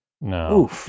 No